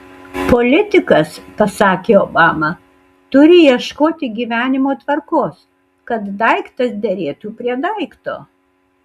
politikas pasakė obama turi ieškoti gyvenimo tvarkos kad daiktas derėtų prie daikto